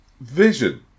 vision